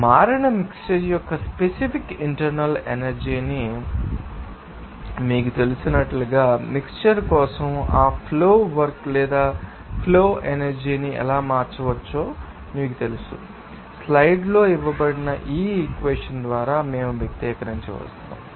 అతను మారిన మిక్శ్చర్ యొక్క స్పెసిఫిక్ ఇంటర్నల్ ఎనర్జీ ని మీకు తెలుసు మీకు తెలిసినట్లుగా ఆ మిక్శ్చర్ కోసం ఆ ఫ్లో వర్క్ లేదా ఫ్లో ఎనర్జీ ని ఎలా మార్చవచ్చో మీకు తెలుసు స్లైడ్లలో ఇవ్వబడిన ఈ ఈక్వెషన్ ద్వారా మేము వ్యక్తీకరించవచ్చు